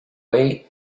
way